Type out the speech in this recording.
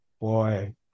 boy